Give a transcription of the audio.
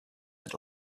had